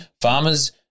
farmers